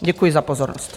Děkuji za pozornost.